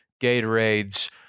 Gatorades